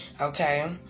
Okay